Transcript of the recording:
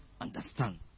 understand